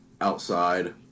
outside